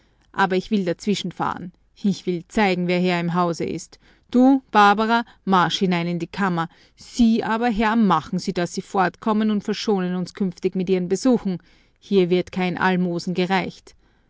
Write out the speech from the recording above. aber ich will dazwischenfahren ich will zeigen wer herr im hause ist du barbara marsch hinein in die kammer sie aber herr machen sie daß sie fortkommen und verschonen uns künftig mit ihren besuchen hier wird kein almosen gereicht